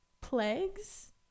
plagues